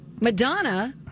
Madonna